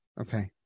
Okay